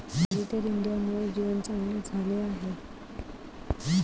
digital इंडियामुळे जीवन चांगले झाले आहे